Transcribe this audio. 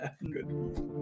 Good